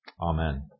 Amen